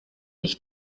ich